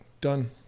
done